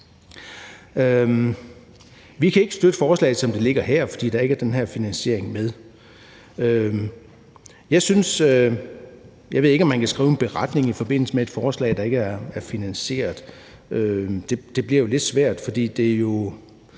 Vi kan ikke støtte forslaget, som det ligger her, fordi der ikke er den her finansiering med. Jeg ved ikke, om man kan skrive en beretning i forbindelse med et forslag, der ikke er finansieret. Det bliver lidt svært, for der er jo